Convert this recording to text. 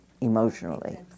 emotionally